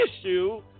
issue